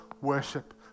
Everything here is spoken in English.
worship